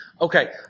Okay